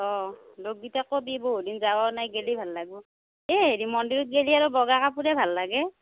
অঁ লগৰকেইটা ক'বি বহু দিন যাোৱাও নাই গ'লে ভাল লাগিব এই হেৰি মন্দিৰত গ'লে আৰু বগা কাপোৰে ভাল লাগে